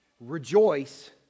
Rejoice